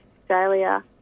Australia